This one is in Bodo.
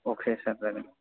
अके सार जागोन